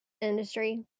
industry